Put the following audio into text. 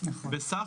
שזה